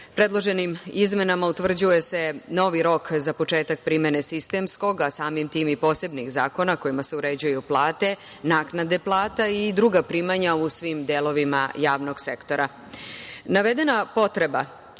Predloženim izmenama se utvrđuje novi rok za početak primene sistemskog, a samim tim i posebnih zakona kojima se uređuju plate, naknade plata i druga primanja u svim delovima javnog sektora. Nadedena potreba